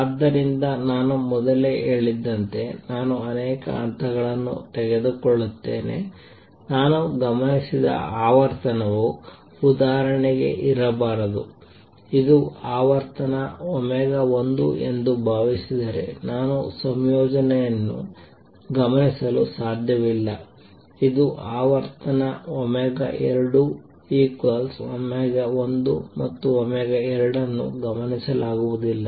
ಆದ್ದರಿಂದ ನಾನು ಮೊದಲೇ ಹೇಳಿದಂತೆ ನಾನು ಅನೇಕ ಹಂತಗಳನ್ನು ತೆಗೆದುಕೊಳ್ಳುತ್ತೇನೆ ನಾನು ಗಮನಿಸಿದ ಆವರ್ತನವು ಉದಾಹರಣೆಗೆ ಇರಬಾರದು ಇದು ಆವರ್ತನ 1 ಎಂದು ಭಾವಿಸಿದರೆ ನಾನು ಈ ಸಂಯೋಜನೆಯನ್ನು ಗಮನಿಸಲು ಸಾಧ್ಯವಿಲ್ಲ ಇದು ಆವರ್ತನ 2 1 2 ಅನ್ನು ಗಮನಿಸಲಾಗುವುದಿಲ್ಲ